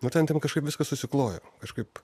nu ten tipo kažkaip viskas susiklojo kažkaip